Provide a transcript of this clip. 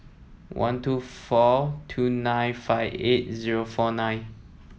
one two four two nine five eight zero four nine